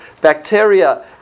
bacteria